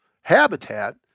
habitat